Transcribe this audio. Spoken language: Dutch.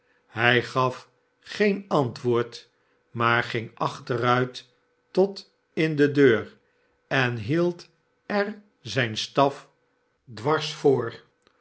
hij gaf gqqxi antwoord maar ging achteruit tot in de deur en hieid er zijn staf dwars voor